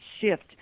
shift